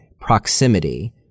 proximity